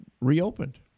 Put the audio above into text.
reopened